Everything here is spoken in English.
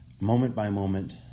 moment-by-moment